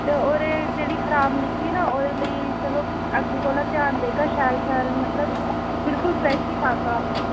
ते ओह् जेह्ड़ी खराब निकली ना ओह्दे लेई अग्गें कोला ध्यान देगा शैल शैल मतलब बिलकुल फ्रैश ई पागा